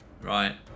Right